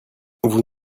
vous